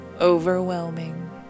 overwhelming